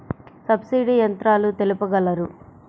Subsidy యంత్రాలు తెలుపగలరు?